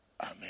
Amen